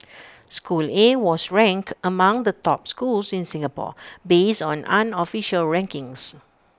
school A was ranked among the top schools in Singapore based on unofficial rankings